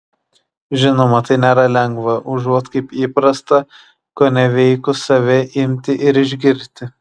žinoma tai nėra lengva užuot kaip įprasta koneveikus save imti ir išgirti